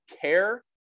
care